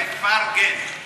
תפרגן.